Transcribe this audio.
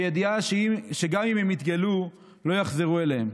בידיעה שגם אם הם יתגלו לא יחזרו אליהם.